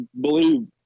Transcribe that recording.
believe